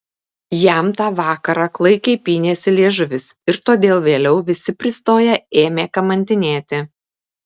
jam tą vakar klaikiai pynėsi liežuvis ir todėl vėliau visi pristoję ėmė kamantinėti